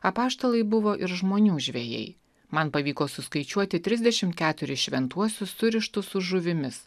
apaštalai buvo ir žmonių žvejai man pavyko suskaičiuoti trisdešim keturis šventuosius surištus su žuvimis